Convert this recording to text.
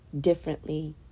differently